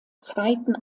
zweiten